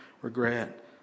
regret